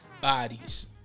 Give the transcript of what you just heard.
Bodies